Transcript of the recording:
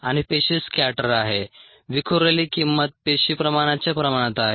आणि पेशी स्कॅटर आहे विखुरलेली किंमत पेशी प्रमाणाच्या प्रमाणात आहे